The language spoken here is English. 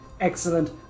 Excellent